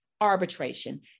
arbitration